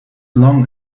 long